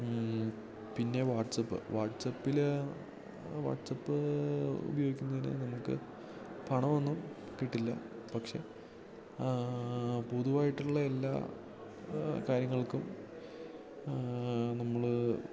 പിന്നെ വാട്സപ്പ് വാട്സപ്പിൽ വാട്സപ്പ് ഉപയോഗിക്കുന്നതിന് നമുക്ക് പണമൊന്നും കിട്ടില്ല പക്ഷെ പൊതുവായിട്ടുള്ള എല്ലാ കാര്യങ്ങൾക്കും നമ്മൾ